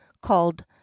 called